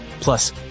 Plus